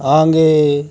आगे